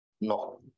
No